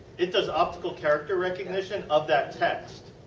it does optical character recondition of that text.